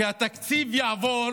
כשהתקציב יעבור,